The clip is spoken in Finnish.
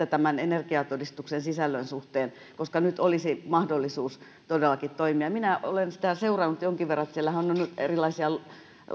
tämän energiatodistuksen sisällön suhteen koska nyt olisi mahdollisuus todellakin toimia minä olen sitä seurannut jonkin verran että siellähän on erilaisia